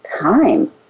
time